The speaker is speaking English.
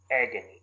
agony